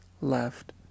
left